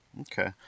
okay